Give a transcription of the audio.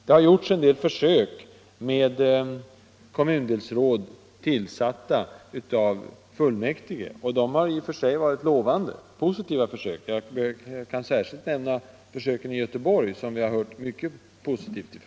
Det har gjorts en del försök med kommundelsråd tillsatta av fullmäktige, och de har i och för sig varit lovande; jag kan särskilt nämna försöken i Göteborg, som vi har hört mycket positivt om.